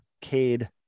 Cade